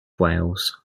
wales